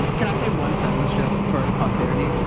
you know can i say one sentence just for posterity,